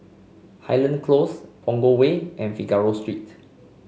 Highland Close Punggol Way and Figaro Street